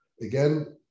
Again